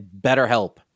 BetterHelp